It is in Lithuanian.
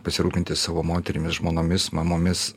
pasirūpinti savo moterimis žmonomis mamomis